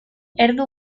erdu